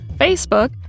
Facebook